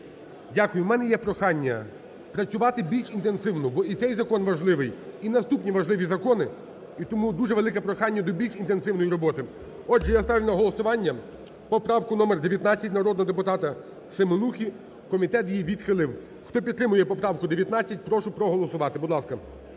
Дякую. В мене є прохання працювати більш інтенсивно, бо і цей закон важливий, і наступні важливі закони, і тому дуже велике прохання до більш інтенсивної роботи. Отже, я ставлю на голосування поправку номер 19 народного депутата Семенухи. Комітет її відхилив. Хто підтримує поправку 19, прошу проголосувати. Будь ласка.